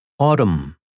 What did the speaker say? Autumn